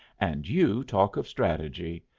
and you talk of strategy!